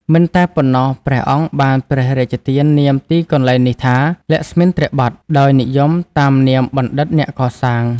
មិនតែប៉ុណ្ណោះ ព្រះអង្គបានព្រះរាជទាននាមទីកន្លែងនេះថា លក្ស្មិន្ទ្របថ ដោយនិយមតាមនាមបណ្ឌិតអ្នកកសាង ។